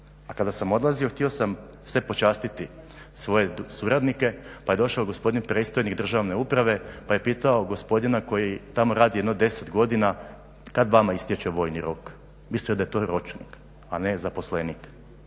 A kada sam odlazio htio sam sve počastiti svoje suradnike pa je došao gospodin predstojnik državne uprave pa je pitao gospodina koji tamo radi jedno deset godina kad vama ističe vojni rok, mislio je da je to ročnik, a ne zaposlenik.